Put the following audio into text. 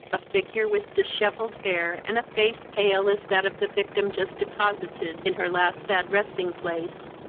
a figure, with dishevelled hair, and a face pale as that of the victim just deposited in her last sad resting place,